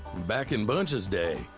back in bunch's day,